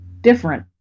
different